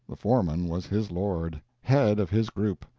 the foreman was his lord, head of his group.